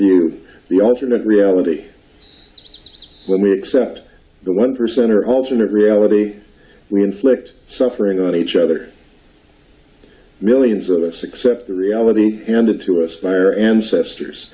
you the alternate reality with me except the one percent or alternate reality we inflict suffering on each other millions of us accept the reality and it to us by our ancestors